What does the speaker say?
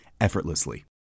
effortlessly